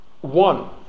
One